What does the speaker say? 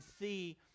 see